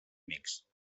amics